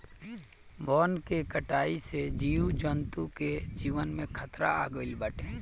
वन के कटाई से जीव जंतु के जीवन पे खतरा आगईल बाटे